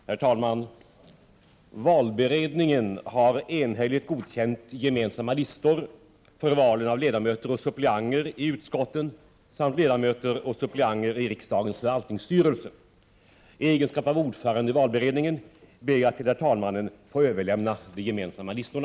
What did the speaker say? Herr talman! Valberedningen har enhälligt godkänt gemensamma listor för valen av ledamöter och suppleanter i utskotten samt ledamöter och suppleanter i riksdagens förvaltningsstyrelse. I egenskap av ordförande i valberedningen ber jag att till herr talmannen få överlämna de gemensamma listorna.